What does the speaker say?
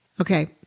okay